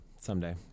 Someday